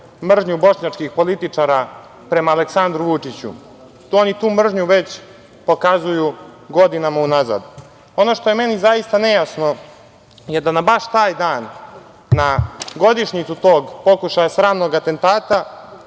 mržnju bošnjačkih političara prema Aleksandru Vučiću, oni tu mržnju već pokazuju godinama unazad. Ono što je meni zaista nejasno je da na baš taj dan, na godišnjicu tog pokušaja sramnog atentata